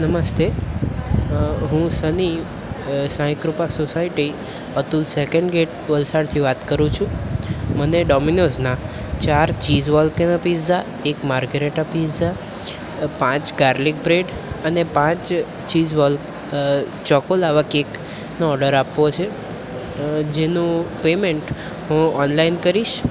નમસ્તે હું Sunny Saikrupa society Atul second gate વલસાડથી વાત કરું છું મને ડોમીનોઝના ચાર ચીઝ વોલકેનો પીઝા એક માર્ગરેટા પીઝા પાંચ ગાર્લિક બ્રેડ અને પાંચ ચીઝ ચોકો લાવા કેક નો ઓડર આપવો છે જેનું પેમેન્ટ હું ઓનલાઈન કરીશ